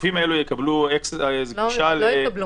הגופים האלה יקבלו גישה --- לא יקבלו,